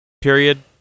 period